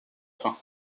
fin